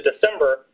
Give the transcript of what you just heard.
December